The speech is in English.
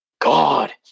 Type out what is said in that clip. God